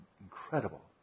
Incredible